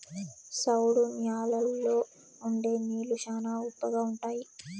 సౌడు న్యాలల్లో ఉండే నీళ్లు శ్యానా ఉప్పగా ఉంటాయి